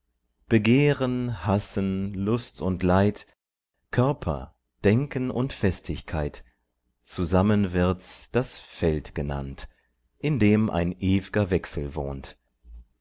begehren hassen lust und leid körper denken und festigkeit zusammen wird's das feld genannt in dem ein ew'ger wechsel wohnt